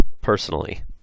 personally